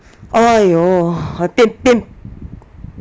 !aiyo! 变变